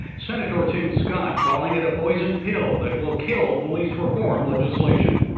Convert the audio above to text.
sen. tim scott calling it a poison pill that will kill police reform legislation.